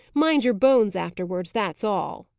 mind your bones afterwards, that's all!